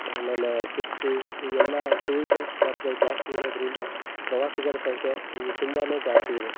ಆಮೇಲೆ ಶಿರ್ಸಿ ಇ ಎಲ್ಲಾ ಟೂರಿಸಮ್ ಸ್ಪಾಟ್ಗಳ ಜಾಸ್ತಿ ಇರೋದರಿಂದ ಪ್ರವಾಸಿಗರ ಸಂಖ್ಯೆ ತುಂಬಾನೇ ಜಾಸ್ತಿ ಇದೆ